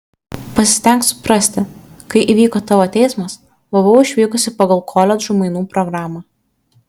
pasistenk suprasti kai įvyko tavo teismas buvau išvykusi pagal koledžų mainų programą